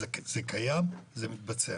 זה קיים, זה מתבצע.